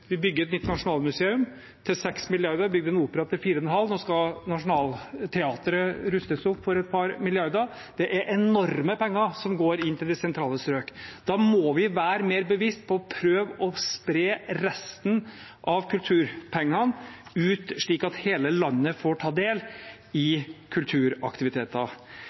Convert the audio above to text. bygger et nytt nasjonalmuseum til 6 mrd. kr. Vi har bygd en opera til 4,5 mrd. kr. Nå skal Nationaltheatret rustes opp for et par milliarder kroner. Det er enorme penger som går inn til de sentrale strøk. Da må vi være mer bevisst på å prøve å spre resten av kulturpengene ut, slik at hele landet får ta del i kulturaktiviteter.